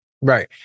Right